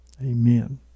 Amen